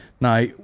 Now